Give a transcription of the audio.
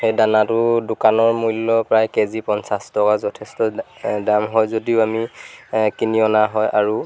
সেই দানাটোৰ দোকানৰ মূল্য প্ৰায় কেজি পঞ্চাছ টকা যথেষ্ট দাম হয় যদিও আমি কিনি অনা হয় আৰু